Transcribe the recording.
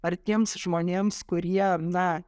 ar tiems žmonėms kurie na